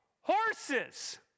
horses